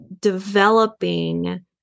developing